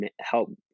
help